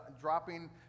dropping